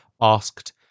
asked